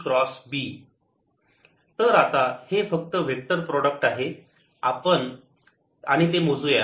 4πR2o E R20r2 r S 10 E× B तर आता हे फक्त वेक्टर प्रॉडक्ट आहे आणि आपण ते मोजुया